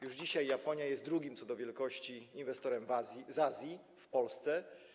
Już dzisiaj Japonia jest drugim co do wielkości inwestorem z Azji w Polsce.